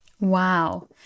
Wow